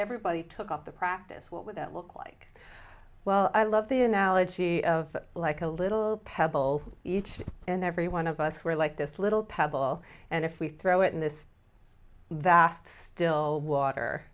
everybody took up the practice what would that look like well i love the analogy of like a little pebble each and every one of us were like this little pebble and if we throw it in this vast still water